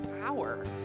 power